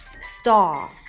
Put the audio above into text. star